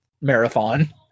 marathon